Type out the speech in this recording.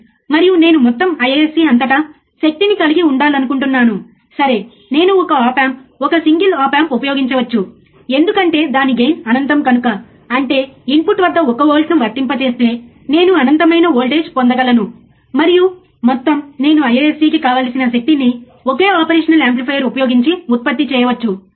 science పరంగా లేదా engineering పరంగా లేదా విద్యావేత్తల పరంగా గానిలేదా సమాజ పరంగా ఏదైనా చేసిన వ్యక్తిని మనం అనుసరించడానికి ప్రయత్నించవచ్చు